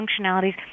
functionalities